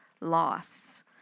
loss